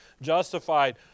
justified